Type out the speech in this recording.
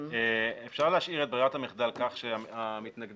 אפשר להשאיר את ברירת המחדל כך שהמתנגדים